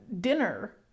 dinner